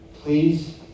Please